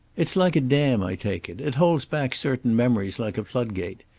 it's like a dam, i take it. it holds back certain memories, like a floodgate.